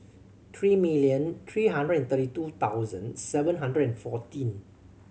three million three hundred and thirty two thousand seven hundred and fourteen